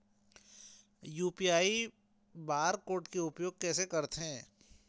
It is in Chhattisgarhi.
यू.पी.आई बार कोड के उपयोग कैसे करथें?